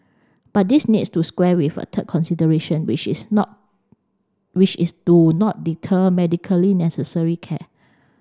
but this needs to square with a third consideration which is not which is to not deter medically necessary care